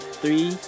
three